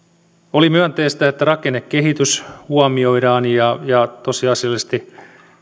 oli myönteistä että rakennekehitys huomioidaan ja ja tosiasiallisesti